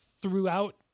throughout